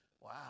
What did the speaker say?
Wow